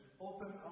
open